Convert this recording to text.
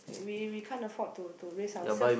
we we can't afford to to raise ourselves